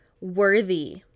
worthy